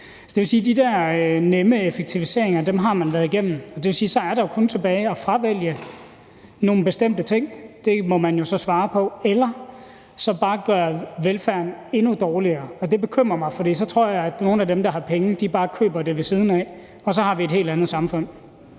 har været igennem de der nemme effektiviseringer, og det vil sige, at der så kun er tilbage at fravælge nogle bestemte ting – det må man jo så svare på – eller bare at gøre velfærden endnu dårligere. Det bekymrer mig, for så tror jeg, at nogle af dem, der har penge, bare køber det ved siden af, og så har vi et helt andet samfund.